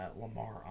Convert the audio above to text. Lamar